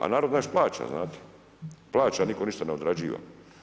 A narod naš plaća znate, plaća a nitko ništa ne odrađiva.